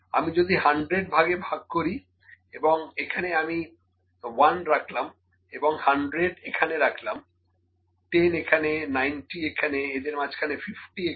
আমি যদি 100 ভাগে ভাগ করি এবং এখানে আমি 1 রাখলাম এবং 100 এখানে রাখলাম 10 এখানে 90 এখানে এদের মাঝে 50 এখানে